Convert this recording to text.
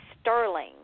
Sterling